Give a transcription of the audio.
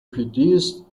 produced